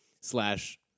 slash